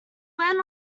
went